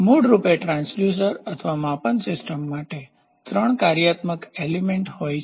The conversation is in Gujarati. મૂળ રૂપે ટ્રાંસડ્યુસર અથવા માપન સિસ્ટમ માટે ત્રણ કાર્યાત્મક એલીમેન્ટતત્વ હોય છે